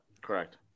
Correct